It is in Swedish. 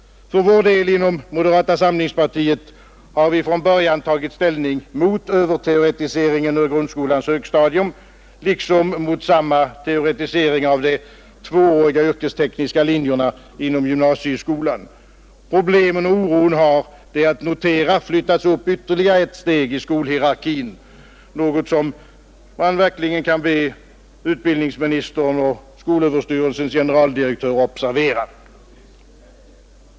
För vår del inom moderata samlingspartiet har vi från början tagit ställning mot överteoretisering av grundskolans högstadium liksom mot samma teoretisering av de tvååriga yrkestekniska linjerna inom gymnasieskolan. Problemen och oron har — det är att notera — flyttats upp ytterligare ett steg i skolhierarkin, något som man verkligen kan be utbildningsministern och skolöverstyrelsens generaldirektör observera.